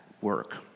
work